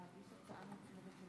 אדוני יושב-ראש הכנסת,